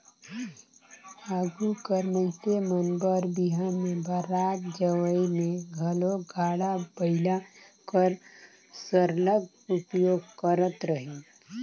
आघु कर मइनसे मन बर बिहा में बरात जवई में घलो गाड़ा बइला कर सरलग उपयोग करत रहिन